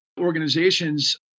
organizations